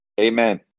Amen